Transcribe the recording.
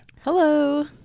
Hello